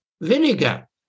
vinegar